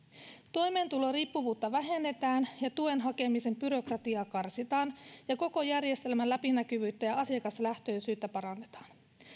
toimeentuloriippuvuutta vähennetään ja tuen hakemisen byrokratiaa karsitaan ja koko järjestelmän läpinäkyvyyttä ja asiakaslähtöisyyttä parannetaan